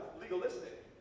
legalistic